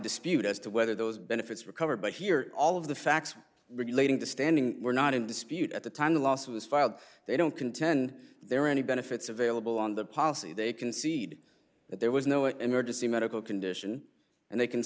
dispute as to whether those benefits recovered but here all of the facts relating to standing were not in dispute at the time the lawsuit was filed they don't contend there are any benefits available on the policy they concede that there was no emergency medical condition and they can